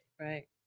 right